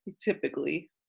typically